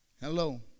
hello